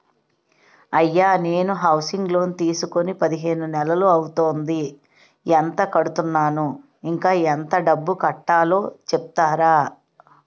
అయ్యా నేను housing loan తీసుకొని పదిహేను నెలలు అవుతోందిఎంత కడుతున్నాను, ఇంకా ఎంత డబ్బు కట్టలో చెప్తారా?